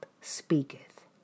speaketh